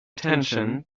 attention